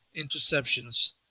interceptions